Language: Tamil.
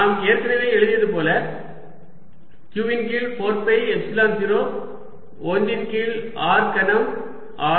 நாம் ஏற்கனவே எழுதியது போல் q இன் கீழ் 4 பை எப்சிலன் 0 1 இன் கீழ் r கனம் r